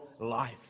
life